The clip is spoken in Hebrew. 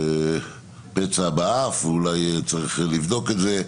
פצע באף, ואולי צריך לבדוק את זה,